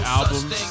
albums